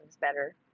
better